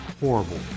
horrible